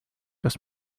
kas